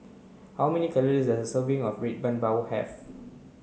how many calories serving of red bean bao have